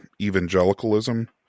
evangelicalism